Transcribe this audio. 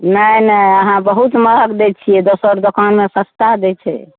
नहि नहि अहाँ बहुत महग दय छिअइ दोसर दोकानमे सस्ता दय छै